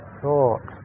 thought